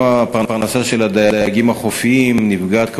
גם הפרנסה של הדייגים החופיים נפגעת,